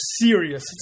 serious